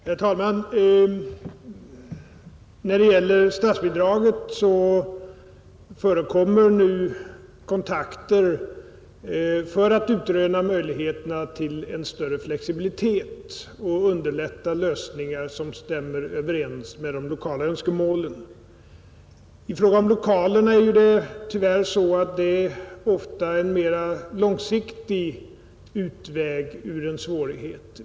Herr talman! När det gäller statsbidraget förekommer nu kontakter för att utröna möjligheterna till en större flexibilitet och för att underlätta lösningar som stämmer bättre överens med de lokala önske 53 målen. I fråga om lokalerna gäller att de tyvärr ofta är en mera långsiktig väg ur en svårighet.